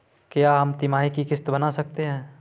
क्या हम तिमाही की किस्त बना सकते हैं?